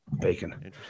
bacon